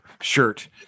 shirt